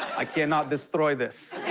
i cannot destroy this.